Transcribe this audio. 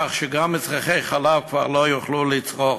כך שגם מצרכי חלב כבר לא יוכלו לצרוך.